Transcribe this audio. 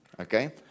Okay